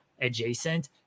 adjacent